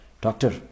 Doctor